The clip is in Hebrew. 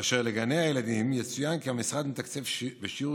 באשר לגני הילדים יצוין כי המשרד מתקצב בשיעור